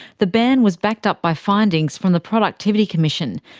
the ban was backed up by findings from the productivity commission,